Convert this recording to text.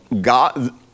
God